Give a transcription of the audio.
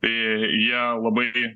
tai jie labai